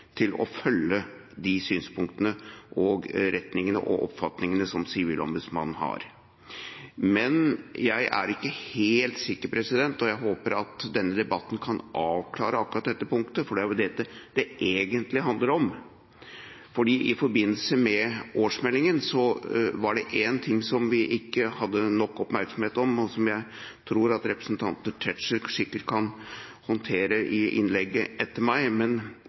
til å følge opp de synspunktene, retningene og oppfatningene som Sivilombudsmannen har. Men jeg er ikke helt sikker når det gjelder ett punkt, og jeg håper at denne debatten kan avklare akkurat dette punktet, for det er dette det egentlig handler om. I forbindelse med årsmeldingen var det én ting som vi ikke hadde nok oppmerksomhet på, og som jeg tror at representanten Tetzschner sikkert kan håndtere i innlegget etter meg, men